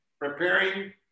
preparing